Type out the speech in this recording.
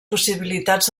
possibilitats